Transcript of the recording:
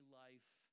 life